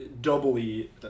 doubly